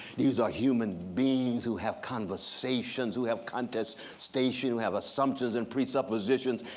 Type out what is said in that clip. these are human beings who have conversations, who have contestation, who have assumptions, and presuppositions.